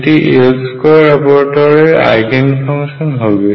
এটি L² operator এর eigenfunction হবে